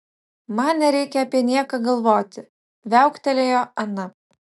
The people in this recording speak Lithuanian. man nereikia apie nieką galvoti viauktelėjo ana